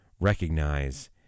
recognize